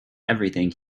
everything